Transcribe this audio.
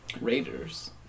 Raiders